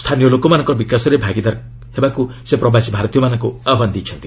ସ୍ଥାନୀୟ ଲୋକମାନଙ୍କ ବିକାଶରେ ଭାଗିଦାର କରିବାକୁ ସେ ପ୍ରବାସୀ ଭାରତୀୟମାନଙ୍କୁ ଆହ୍ବାନ ଦେଇଛନ୍ତି